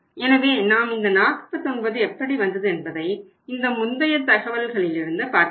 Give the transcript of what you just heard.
எனவே நாம் இந்த 49 எப்படி வந்தது என்பதை இந்த முந்தைய தகவல்களிலிருந்து பார்க்க வேண்டும்